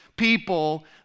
people